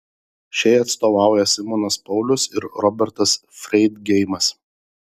šiai atstovauja simonas paulius ir robertas freidgeimas